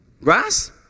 Grass